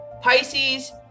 Pisces